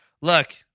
Look